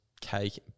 cake